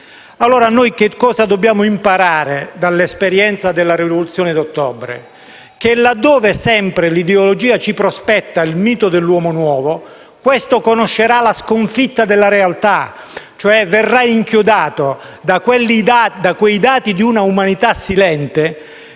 Quello che dobbiamo imparare dall'esperienza della Rivoluzione d'ottobre, quindi, è che sempre, laddove l'ideologia ci prospetta il mito dell'uomo nuovo, questo conoscerà la sconfitta della realtà, cioè verrà inchiodato da quei dati di una umanità silente